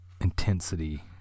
intensity